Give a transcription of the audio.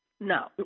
No